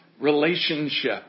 relationship